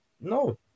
No